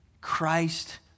Christ